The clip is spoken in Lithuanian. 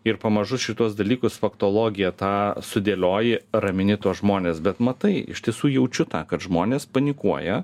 ir pamažu šituos dalykus faktologiją tą sudėlioji ramini tuos žmones bet matai iš tiesų jaučiu tą kad žmonės panikuoja